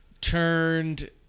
turned